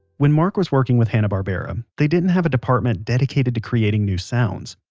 when mark was working with hanna-barbera, they didn't have a department dedicated to creating new sounds.